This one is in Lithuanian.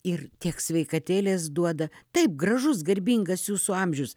ir tiek sveikatėlės duoda taip gražus garbingas jūsų amžius